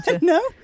no